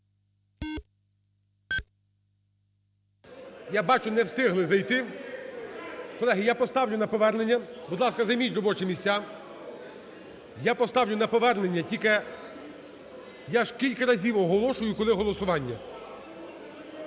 Я бачу не встигли зайти. Колеги, я поставлю на повернення. Будь ласка, займіть робочі місця. Я поставлю на повернення тільки… Я ж кілька разів оголошую, коли голосування.